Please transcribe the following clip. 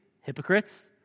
hypocrites